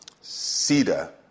cedar